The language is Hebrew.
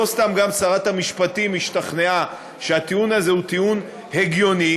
גם לא סתם שרת המשפטים השתכנעה שהטיעון הזה הוא טיעון הגיוני.